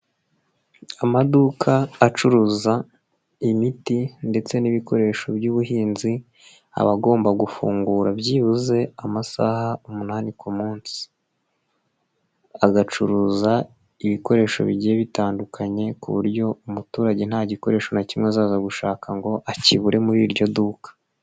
Amaduka acuruza imiti ndetse n'ibikoresho by'ubuhinzi, aba agomba gufungura byibuze amasaha, umunani ku munsi. Agacuruza ibikoresho bigiye bitandukanye, ku buryo umuturage nta gikoresho na kimwe azaza gushaka ngo akibure muri iryo duka.